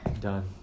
done